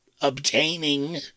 obtaining